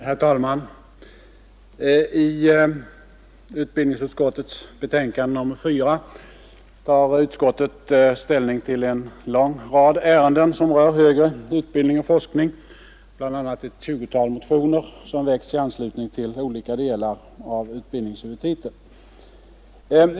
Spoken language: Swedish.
Herr talman! I utbildningsutskottets betänkande nr 4 tar utskottet ställning till en lång rad ärenden som rör högre utbildning och forskning, bl.a. ett 20-tal motioner som väckts i anslutning till delar av utbildningshuvudtiteln.